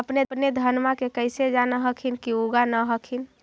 अपने धनमा के कैसे जान हखिन की उगा न हखिन?